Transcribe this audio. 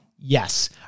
Yes